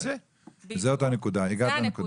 זאת הנקודה, הגעת לנקודה.